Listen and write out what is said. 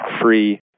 free